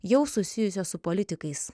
jau susijusios su politikais